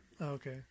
Okay